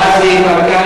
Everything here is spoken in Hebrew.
רזי ברקאי,